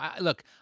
look